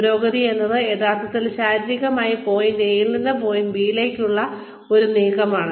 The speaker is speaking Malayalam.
പുരോഗതി എന്നത് യഥാർത്ഥത്തിൽ ശാരീരികമായി പോയിന്റ് എ യിൽ നിന്ന് ബി പോയിന്റിലേക്കുള്ള ഒരു നീക്കമാണ്